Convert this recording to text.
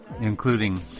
including